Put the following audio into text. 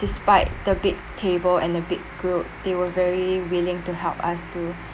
despite the big table and the big group they were very willing to help us to